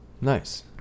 nice